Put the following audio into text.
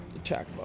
attack